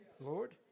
Lord